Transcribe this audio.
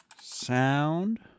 Sound